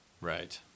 Right